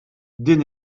din